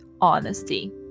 honesty